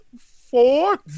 Four